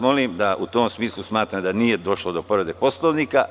Molim vas, u tom smislu smatram da nije došlo do povrede Poslovnika.